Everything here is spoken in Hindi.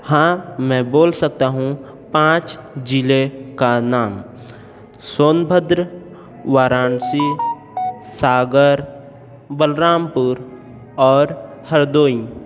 हाँ मैं बोल सकता हूँ पाँच ज़िले का नाम सोनभद्र वाराणसी सागर बलरामपुर और हरदोई